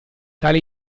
tale